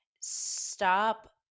stop